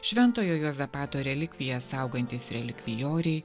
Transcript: šventojo juozapato relikvijas saugantys relikvijoriai